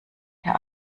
der